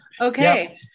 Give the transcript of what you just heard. Okay